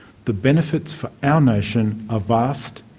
the benefits for our nation are vast,